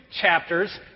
chapters